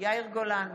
יאיר גולן,